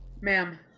Ma'am